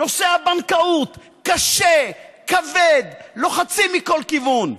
נושא הבנקאות, קשה, כבד, לוחצים מכל כיוון.